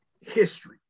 history